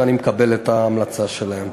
ואני מקבל את ההמלצה שלהם.